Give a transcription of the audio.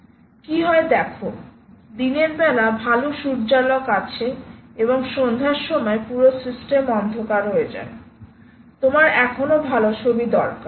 কি হয় দেখো দিনের বেলা ভাল সূর্যালোক আছে এবং সন্ধ্যা সময় পুরো সিস্টেম অন্ধকার হয়ে যায় তোমার এখনও ভাল ছবি দরকার